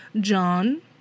John